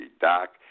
Doc